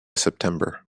september